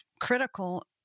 critical